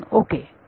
2 okay